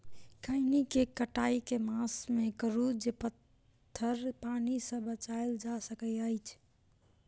खैनी केँ कटाई केँ मास मे करू जे पथर पानि सँ बचाएल जा सकय अछि?